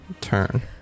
turn